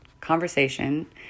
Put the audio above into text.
conversation